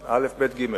אל"ף, בי"ת, גימ"ל.